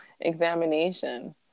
examination